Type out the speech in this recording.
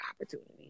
opportunities